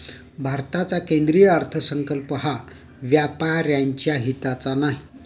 भारताचा केंद्रीय अर्थसंकल्प हा व्यापाऱ्यांच्या हिताचा नाही